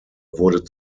wurde